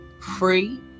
free